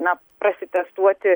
na prasitestuoti